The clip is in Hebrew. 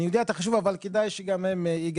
אני יודע את החישוב אבל כדאי שגם הם יגבו.